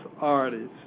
artists